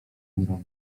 drogo